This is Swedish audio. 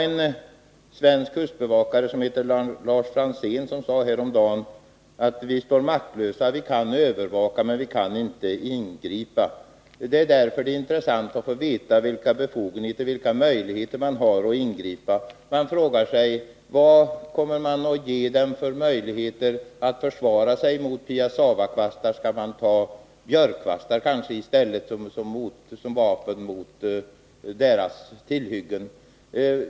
En svensk kustbevakare som heter Lars Franzén sade häromdagen: Vi står maktlösa — vi kan övervaka, men vi kan inte ingripa. Det är därför det är intressant att få veta vilka befogenheter man har att ingripa. Man frågar sig: Vilka möjligheter kommer man att ge den svenska kustbevakningen att försvara sig mot piassavakvastar? Skall den kanske ta björkkvastar som vapen mot de här tillhyggena?